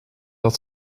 dat